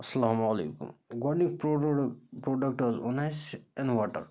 السلام علیکُم گۄڈٕنیُک پرٛوڈوڈو پرٛوڈَکٹہٕ حظ اوٚن اَسہِ اِنوٲٹَر